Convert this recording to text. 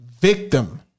victim